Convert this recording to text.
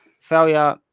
Failure